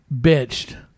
bitched